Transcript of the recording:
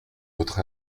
votre